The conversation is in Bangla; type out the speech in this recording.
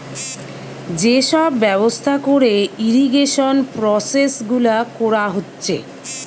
যে সব ব্যবস্থা কোরে ইরিগেশন প্রসেস গুলা কোরা হচ্ছে